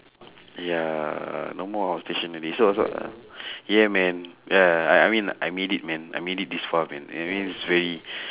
ya uh no more outstation already so so uh yeah man ya ya I mean I made it man I made it this far man I mean it's very